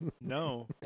No